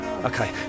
Okay